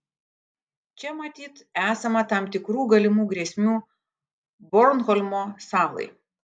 čia matyt esama tam tikrų galimų grėsmių bornholmo salai